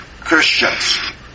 Christians